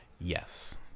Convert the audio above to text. Yes